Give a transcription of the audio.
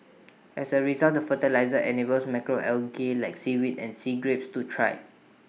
as A result the fertiliser enables macro algae like seaweed and sea grapes to thrive